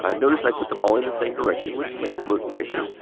ah notice i put them all in the same direction, which makes it look nicer.